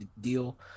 deal